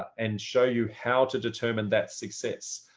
and show you how to determine that success.